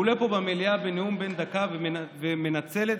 שהוא עולה פה במליאה בנאום בן דקה ומנצל אותו